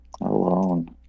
alone